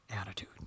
attitude